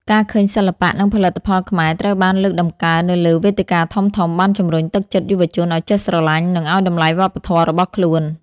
ការឃើញសិល្បៈ និងផលិតផលខ្មែរត្រូវបានលើកតម្កើងនៅលើវេទិកាធំៗបានជំរុញទឹកចិត្តយុវជនឱ្យចេះស្រឡាញ់ និងឱ្យតម្លៃវប្បធម៌របស់ខ្លួន។